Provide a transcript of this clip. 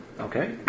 Okay